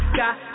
got